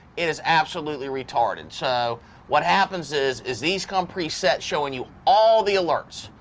it is absolutely retarded so what happens is is these come preset showing you all the alerts.